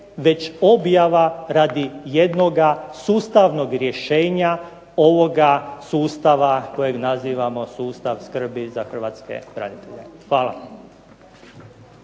već objava radi jednoga sustavnog rješenja ovoga sustava kojeg nazivamo sustav skrbi za hrvatske branitelja. Hvala.